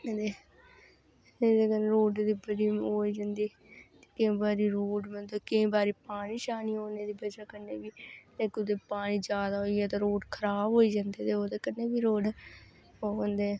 अदे एह्दे कन्नै रोड़ दी बड़ी ओह् होई जंदी केईं बारी रोड़ केईं बारी पानी शानी औने दी वजह् कन्नै बी जे कुदै पानी जादा होई जा तां रोड़ खराब होई जंदे ते ओह्दे कन्नै बी रोड़ ओह् होंदे